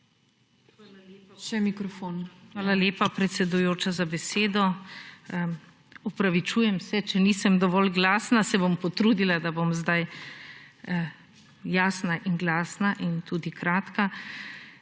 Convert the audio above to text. Hvala lepa, predsedujoča, za besedo. Opravičujem se, če nisem dovolj glasna. Se bom potrudila, da bom zdaj jasna in glasna in tudi kratka.